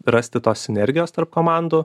rasti tos sinergijos tarp komandų